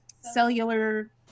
cellular